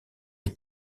est